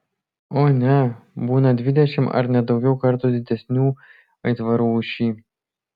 o ne būna dvidešimt ar net daugiau kartų didesnių aitvarų už šį